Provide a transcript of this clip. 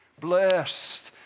Blessed